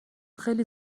خیلی